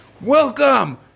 Welcome